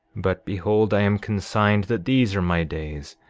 but behold, i am consigned that these are my days,